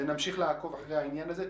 ונמשיך לעקוב אחרי העניין הזה.